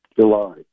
July